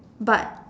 but